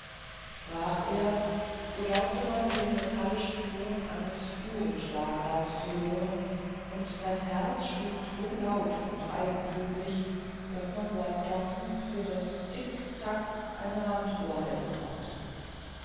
sprach er so glaubte man den metallischen ton eines uhren schlagwerks zu hören und sein herz schlug so laut und eigenthümlich daß man sein klopfen für das tick tack einer wanduhr halten konnte